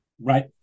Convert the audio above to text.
right